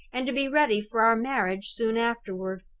and to be ready for our marriage soon afterward.